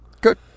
Good